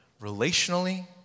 relationally